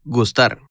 Gustar